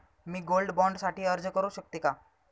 मी gold bond साठी अर्ज करु शकते का?